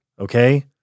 Okay